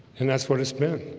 and that's what it's been